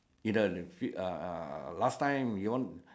either ah ah last time you want